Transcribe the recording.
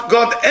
God